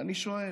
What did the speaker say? ואני שואל: